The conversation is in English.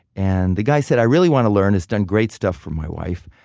and the guy said, i really want to learn, it's done great stuff for my wife.